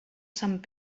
sant